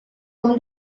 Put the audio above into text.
con